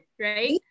right